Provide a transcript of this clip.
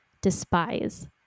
despise